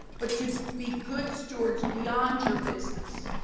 but to be good stewards beyond your business,